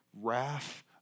wrath